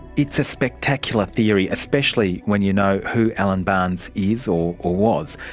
it's a spectacular theory, especially when you know who alan barnes is, or or was.